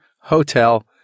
hotel